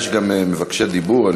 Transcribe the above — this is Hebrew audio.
יש גם מבקשי דיבור.